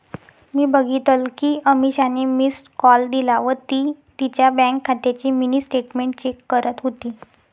मी बघितल कि अमीषाने मिस्ड कॉल दिला व ती तिच्या बँक खात्याची मिनी स्टेटमेंट चेक करत होती